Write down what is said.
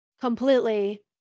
completely